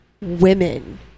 women